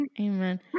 Amen